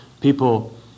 people